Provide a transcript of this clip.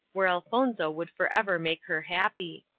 where elfonzo would forever make her happy.